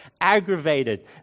aggravated